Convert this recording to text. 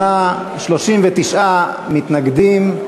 בעד, 28, 39 מתנגדים,